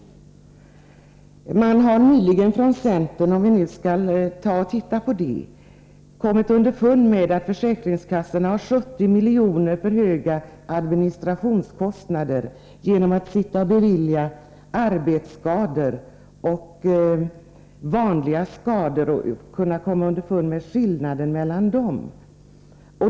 Centern har nyligen — om vi nu skall komma in på det — kommit underfund med att försäkringskassorna har administrationskostnader som är 70 miljoner för höga därför att de måste sitta och bedöma arbetsskador och vanliga skador och försöka komma underfund med skillnaden mellan dem.